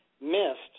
missed